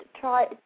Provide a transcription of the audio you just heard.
Try